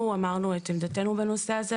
אנחנו אמרנו את עמדתנו בנושא הזה,